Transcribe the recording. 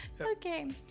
okay